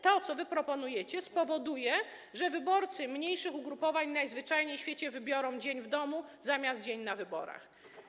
To, co wy proponujecie, spowoduje, że wyborcy mniejszych ugrupowań najzwyczajniej w świecie wybiorą dzień w domu zamiast dnia na wyborach.